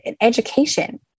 Education